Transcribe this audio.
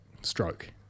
stroke